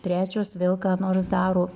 trečios vėl ką nors daro